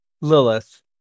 Lilith